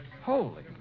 Holy